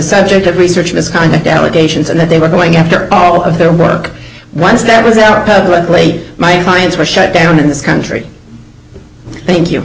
subject of research misconduct allegations and that they were going after all of their work once there was a good wait my clients were shut down in this country thank you